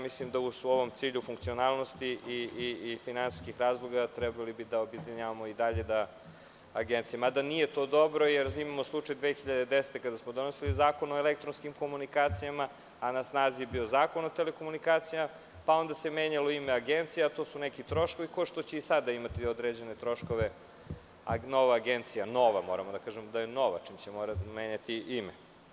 Mislim da u ovom cilju funkcionalnosti i finansijskih razloga, trebalo bi da objedinjavamo i dalje, mada nije to dobro, jer imamo slučaj 2010. godine kada smo donosili Zakon o elektronskim komunikacijama, a na snazi je bio Zakon o telekomunikacijama, pa se onda menjalo ime agencije, a to su neki troškovi, kao što će i sada imati određene troškove nova agencija, moramo tako da kažemo, čim će menjati ime.